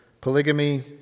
Polygamy